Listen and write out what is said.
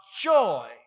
joy